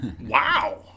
wow